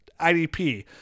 IDP